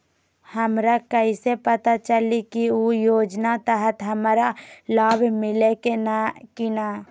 हमरा कैसे पता चली की उ योजना के तहत हमरा लाभ मिल्ले की न?